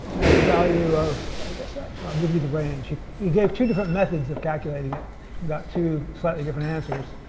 had the value of i guess actually, i'll give you the range. he gave two different methods of calculating it. we've got two slightly different answers.